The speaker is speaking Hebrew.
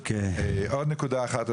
עוד נקודה אחת,